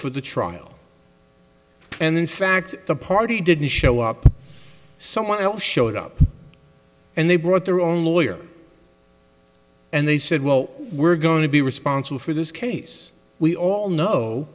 for the trial and in fact the party didn't show up someone else showed up and they brought their own lawyer and they said well we're going to be responsible for this case we all know